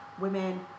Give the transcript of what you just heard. women